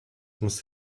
must